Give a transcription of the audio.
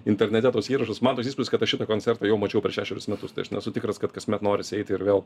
internete tuos įrašus man toks įspūdis kad aš šitą koncertą jau mačiau per šešerius metus tai aš nesu tikras kad kasmet norisi eiti ir vėl